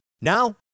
Now